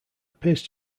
appears